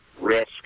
risk